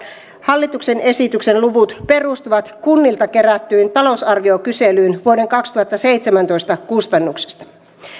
hallituksen esityksen luvut perustuvat kunnilta kerättyyn talousarviokyselyyn vuoden kaksituhattaseitsemäntoista kustannuksista